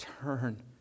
turn